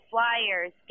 Flyers